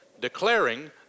Declaring